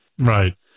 Right